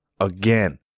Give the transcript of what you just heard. Again